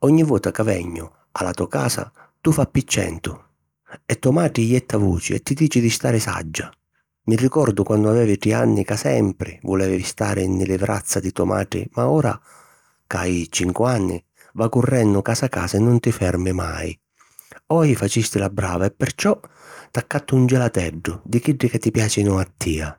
Ogni vota ca vegnu a la to casa tu fai pi centu, e to matri jetta vuci e ti dici di stari saggia. Mi ricordu quannu avevi tri anni ca sempri vulevi stari nni li vrazza di to matri ma ora, ca hai cincu anni, va' currennu casa casa e nun ti fermi mai. Oji facisti la brava e perciò t'accattu un gelateddu di chiddi ca ti piàcinu a tia.